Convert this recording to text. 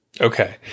Okay